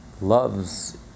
loves